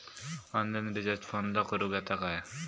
Online recharge फोनला करूक येता काय?